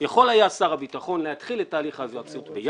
יכול היה שר הביטחון להתחיל את התהליך בינואר,